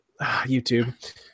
YouTube